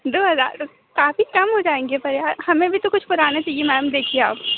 दो हज़ार काफ़ी कम हो जाऍंगे पर यार हमें भी तो कुछ पर आना चाहिए मैम देखिए आप